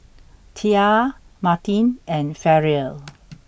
Tia Martine and Ferrell